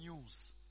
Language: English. news